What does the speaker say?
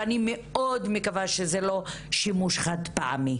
אני מאוד מקווה שזה לא שימוש חד פעמי